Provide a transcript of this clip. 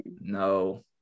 no